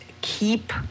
keep